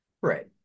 Right